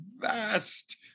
vast